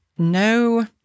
no